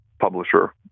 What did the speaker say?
publisher